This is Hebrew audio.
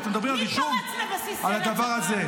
אתם מדברים על רישום, על הדבר הזה.